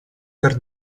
per